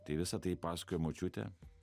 tai visa tai pasakojo močiutė